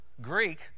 Greek